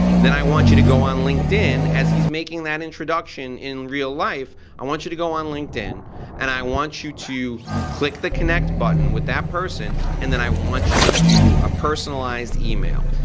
then i want you to go on linkedin as he's making that introduction in real life, i want you to go on linkedin and i want you to click the connect button with that person and then i want you to do a personalized email.